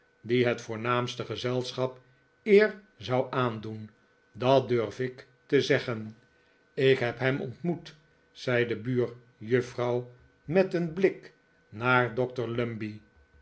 die het voornaamste gezelschap eer zou aandoen dat durf ik te zeggen ik heb hem ontmoet zei de buurjuffrouw met een blik naar